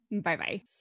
Bye-bye